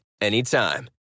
Anytime